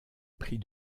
prix